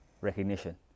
recognition